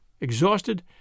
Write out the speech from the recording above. exhausted